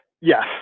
Yes